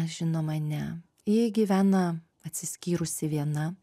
žinoma ne ji gyvena atsiskyrusi viena